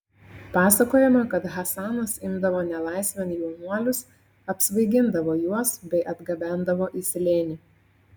pasakojama kad hasanas imdavo nelaisvėn jaunuolius apsvaigindavo juos bei atgabendavo į slėnį